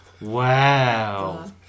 Wow